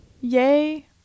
yay